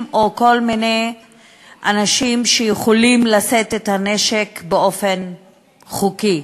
או כל מיני אנשים שיכולים לשאת את הנשק באופן "חוקי".